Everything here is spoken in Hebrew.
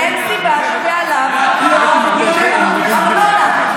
אין סיבה שבעליו לא ישלם ארנונה.